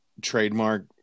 trademark